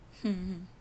hmm